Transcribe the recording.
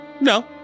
No